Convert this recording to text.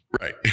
Right